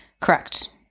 Correct